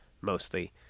mostly